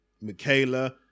Michaela